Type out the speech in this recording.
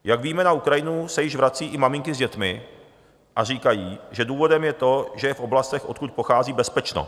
Jak víme, na Ukrajinu se již vrací i maminky s dětmi a říkají, že důvodem je to, že je v oblastech, odkud pochází, bezpečno.